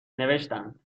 نوشتند